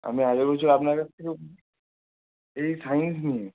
আমরা আগের বছর আপনার কাছ থেকে এই সাইন্স নিয়ে